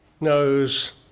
knows